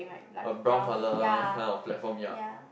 a brown colour kind of platform ya